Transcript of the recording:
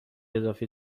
اضافی